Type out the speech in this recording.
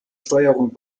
steuerung